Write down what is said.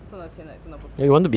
赚的钱 like 真的不多